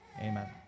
Amen